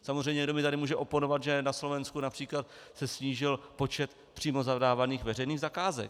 Samozřejmě někdo mi tady může oponovat, že na Slovensku například se snížil počet přímo zadávaných veřejných zakázek.